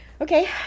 okay